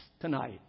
tonight